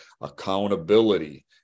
accountability